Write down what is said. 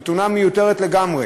זו תאונה מיותרת לגמרי.